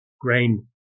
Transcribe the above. grain